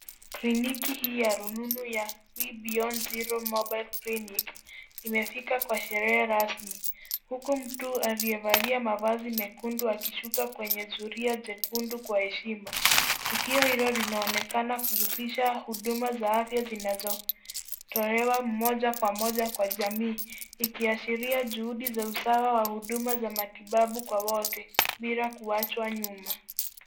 Kliniki hii ya rununu ya Beyond Zero mobile clinic imefika kwa sherehe rasmi huku mtu aliyevalia mavazi mekundu akishuka kwenye zulia jekundu kwa heshima. Tukio hilo linaonekana kuhusisha huduma za afya zinazotolewa moja kwa moja kwa jamii ikiashiria juhudi za usawa wa huduma za matibabu kwa wote bila kuwachwa nyuma.